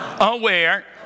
Aware